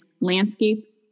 landscape